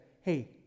hey